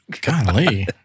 Golly